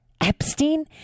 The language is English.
Epstein